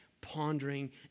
pondering